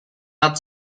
not